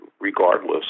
regardless